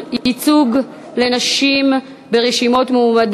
אני מבקשת להכניס הפעם לפרוטוקול,